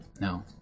no